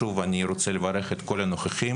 שוב אני רוצה לברך את כל הנוכחים.